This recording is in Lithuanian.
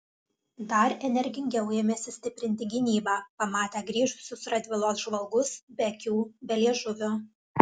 dar energingiau ėmėsi stiprinti gynybą pamatę grįžusius radvilos žvalgus be akių be liežuvio